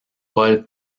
paul